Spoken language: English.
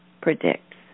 predicts